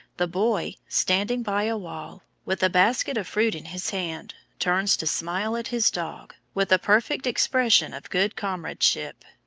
the boy, standing by a wall, with a basket of fruit in his hand, turns to smile at his dog, with a perfect expression of good comradeship.